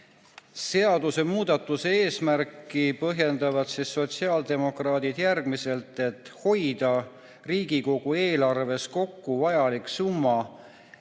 seadusemuudatuse eesmärki põhjendavad sotsiaaldemokraadid järgmiselt: "Hoida Riigikogu eelarves kokku vajalik summa,